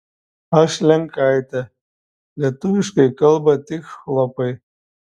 aš lenkaitė lietuviškai kalba tik chlopai